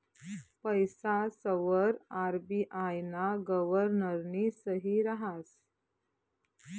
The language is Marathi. पैसासवर आर.बी.आय ना गव्हर्नरनी सही रहास